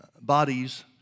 bodies